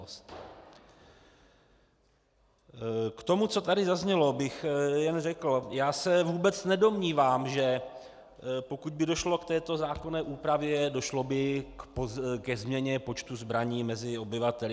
K tomu, co tady zaznělo, bych jen řekl: Já se vůbec nedomnívám, že pokud by došlo k této zákonné úpravě, došlo by i ke změně počtu zbraní mezi obyvateli.